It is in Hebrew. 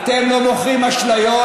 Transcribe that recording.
אתם לא מוכרים אשליות?